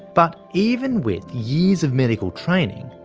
but even with years of medical training,